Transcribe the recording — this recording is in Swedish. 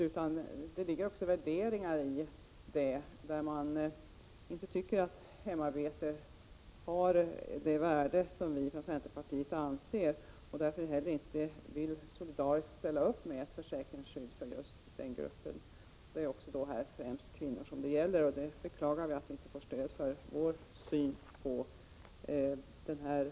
Det ligger också värderingar i detta, nämligen att man inte tycker att hemarbete har det värde som centerpartiet anser att det har och därför inte vill gå med på att införa ett solidariskt försäkringsskydd för denna grupp, som främst består av kvinnor. Jag beklagar att vi i centerpartiet inte får stöd för vår syn i denna fråga.